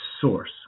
source